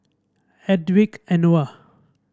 Hedwig Anuar